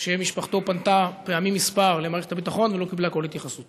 שמשפחתו פנתה פעמים מספר למערכת הביטחון ולא קיבלה כל התייחסות.